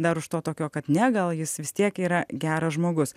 dar už to tokio kad ne gal jis vis tiek yra geras žmogus